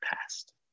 past